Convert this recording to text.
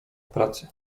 pracy